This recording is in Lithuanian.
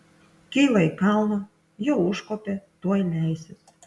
kyla į kalną jau užkopė tuoj leisis